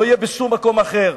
לא יהיה בשום מקום אחר,